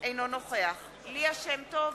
אינו נוכח ליה שמטוב,